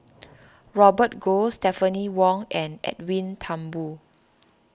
Robert Goh Stephanie Wong and Edwin Thumboo